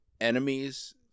enemies